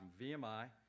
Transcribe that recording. VMI